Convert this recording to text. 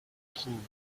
trouvent